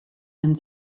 and